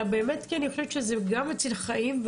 אלא כי אני חושבת שזה גם מציל חיים,